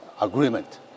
agreement